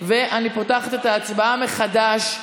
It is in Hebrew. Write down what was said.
ואני פותחת את ההצבעה מחדש,